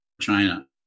China